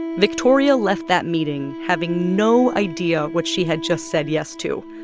victoria left that meeting having no idea what she had just said yes to.